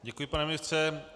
Děkuji, pane ministře.